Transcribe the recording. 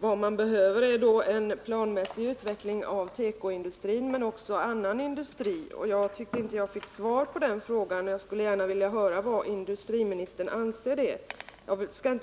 vad som enligt min mening behövdes var en planmässig utveckling av tekoindustrin liksom också av annan industri. Jag tycker inte att jag har fått svar på den frågan, och jag skulle gärna vilja höra om industriministern delar min uppfattning.